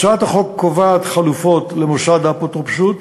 הצעת החוק קובעת חלופות למוסד האפוטרופסות,